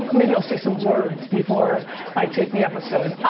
maybe, i'll say some words before i tape the episode.